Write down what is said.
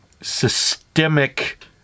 systemic